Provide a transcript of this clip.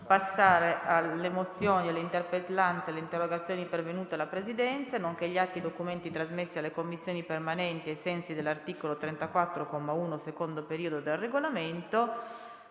finestra"). Le mozioni, le interpellanze e le interrogazioni pervenute alla Presidenza, nonché gli atti e i documenti trasmessi alle Commissioni permanenti ai sensi dell'articolo 34, comma 1, secondo periodo, del Regolamento